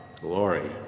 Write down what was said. glory